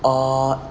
err